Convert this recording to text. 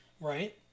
Right